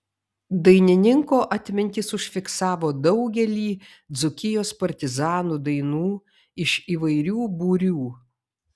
dainininko atmintis užfiksavo daugelį dzūkijos partizanų dainų iš įvairių būrių